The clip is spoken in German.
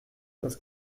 das